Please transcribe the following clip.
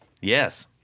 Yes